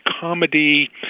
comedy